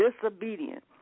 disobedient